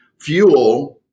fuel